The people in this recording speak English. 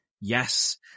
Yes